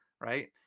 right